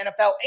NFL